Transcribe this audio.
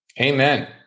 Amen